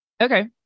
okay